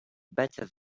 better